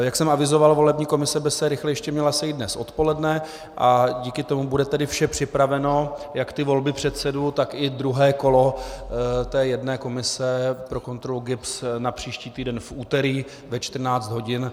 Jak jsem avizoval, volební komise by se rychle ještě měla sejít dnes odpoledne a díky tomu bude vše připraveno, jak ty volby předsedů, tak i druhé kolo té jedné komise pro kontrolu GIBS na příští týden v úterý ve 14 hodin.